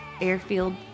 airfield